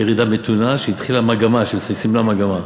ירידה מתונה, שהתחילה מגמה, שסימנה מגמה.